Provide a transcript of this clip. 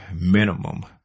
minimum